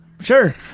Sure